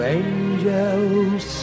angels